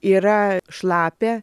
yra šlapia